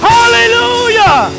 Hallelujah